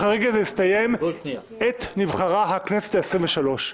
החריג הזה הסתיים עת נבחרה הכנסת העשרים ושלוש.